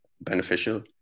beneficial